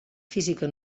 física